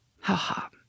Ha-ha